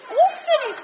awesome